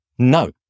No